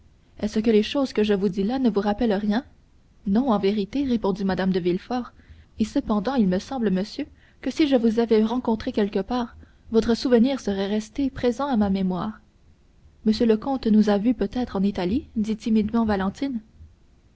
est-ce que les choses que je vous dis là ne vous rappellent rien non en vérité répondit mme de villefort et cependant il me semble monsieur que si je vous avais rencontré quelque part votre souvenir serait resté présent à ma mémoire monsieur le comte nous a vus peut-être en italie dit timidement valentine